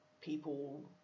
people